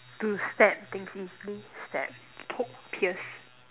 to stab things easily stab poke pierce